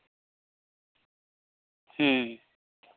ᱦᱩᱸ